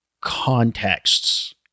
contexts